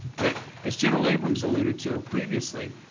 but as general abrams alluded to previously,